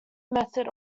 method